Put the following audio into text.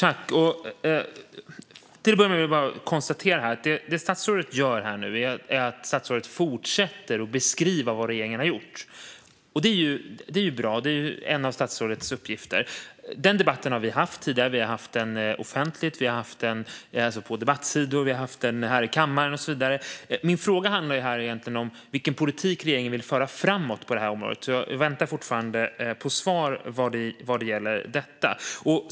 Herr talman! Jag konstaterar att statsrådet fortsätter att beskriva vad regeringen har gjort. Det är bra, och det är en av statsrådets uppgifter. Den debatten har vi haft tidigare på debattsidor, i kammaren och så vidare. Men min fråga handlade om vilken politik regeringen vill föra framåt på området. Jag väntar fortfarande på svar vad gäller detta.